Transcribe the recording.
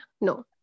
No